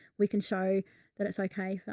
we can show that it's okay for